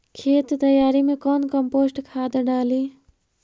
खेत तैयारी मे कौन कम्पोस्ट खाद डाली?